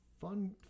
Fun